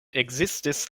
ekzistis